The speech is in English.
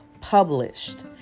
published